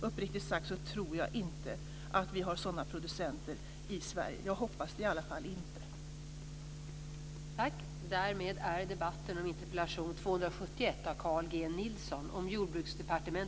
Uppriktigt sagt tror jag inte att vi har sådana producenter i Sverige, jag hoppas i alla fall att det inte är så.